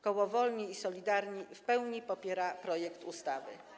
Koło Wolni i Solidarni w pełni popiera projekt ustawy.